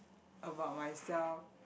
about myself